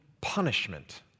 punishment